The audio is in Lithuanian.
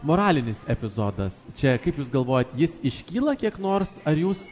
moralinis epizodas čia kaip jūs galvojat jis iškyla kiek nors ar jūs